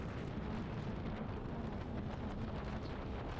मूंग की फसल में कितना मात्रा में पानी डालना चाहिए?